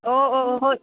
ꯑꯣ ꯑꯣ ꯑꯣ ꯍꯣꯏ